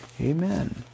Amen